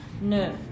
no